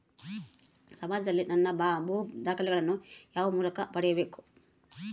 ಸಮಾಜದಲ್ಲಿ ನನ್ನ ಭೂ ದಾಖಲೆಗಳನ್ನು ಯಾವ ಮೂಲಕ ಪಡೆಯಬೇಕು?